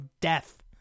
death